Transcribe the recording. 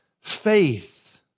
faith